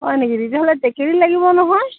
হয় নেকি তেতিয়াহ'লে টেকেলি লাগিব নহয়